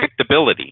predictability